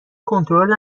کنترل